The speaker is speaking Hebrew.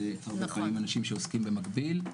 זה הרבה פעמים אנשים שעוסקים במקביל.